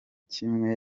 kimwe